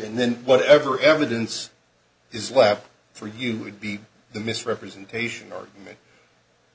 and then whatever evidence is left for you would be the misrepresentation argument